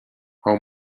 how